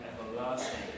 everlasting